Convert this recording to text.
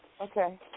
Okay